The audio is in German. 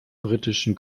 britischen